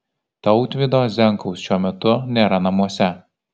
tautvydo zenkaus šiuo metu nėra namuose